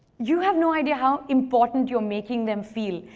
you have no idea how important you're making them feel,